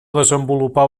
desenvolupar